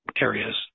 areas